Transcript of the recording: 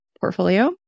portfolio